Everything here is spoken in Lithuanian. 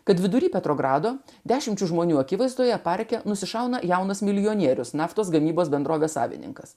kad vidury petrogrado dešimčių žmonių akivaizdoje parke nusišauna jaunas milijonierius naftos gamybos bendrovės savininkas